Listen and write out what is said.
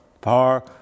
power